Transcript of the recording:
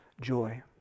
joy